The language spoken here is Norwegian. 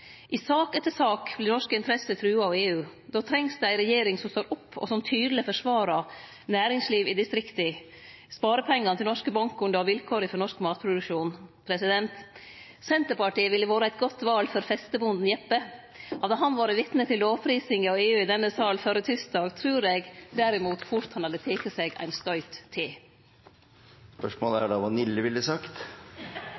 I sak etter sak vert norske interesser truga av EU. Då trengst det ei regjering som står opp, og som tydeleg forsvarer næringslivet i distrikta, sparepengane til norske bankkundar og vilkåra for norsk matproduksjon. Senterpartiet ville vore eit godt val for festebonden Jeppe. Hadde han vore vitne til lovprisinga av EU i denne salen førre tysdag, trur eg derimot fort han hadde teke seg ein støyt til. Spørsmålet